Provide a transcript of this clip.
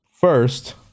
first